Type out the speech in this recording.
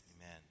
Amen